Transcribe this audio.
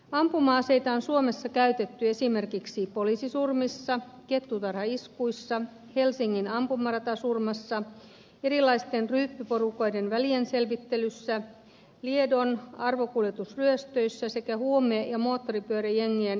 ampuma aseita on suomessa käytetty esimerkiksi poliisisurmissa kettutarhaiskuissa helsingin ampumaratasurmassa erilaisten ryyppyporukoiden välienselvittelyissä liedon arvokuljetusryöstössä sekä huume ja moottoripyöräjengien välienselvittelyissä